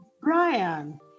Brian